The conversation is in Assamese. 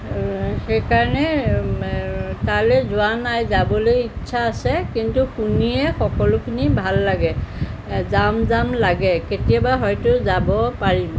সেইকাৰণে তালৈ যোৱা নাই যাবলৈ ইচ্ছা আছে কিন্তু শুনিয়ে সকলোখিনি ভাল লাগে জাম জাম লাগে কেতিয়াবা হয়তো যাব পাৰিম